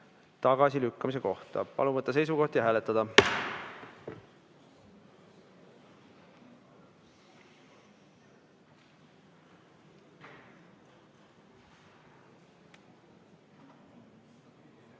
tagasilükkamise kohta. Palun võtta seisukoht ja hääletada!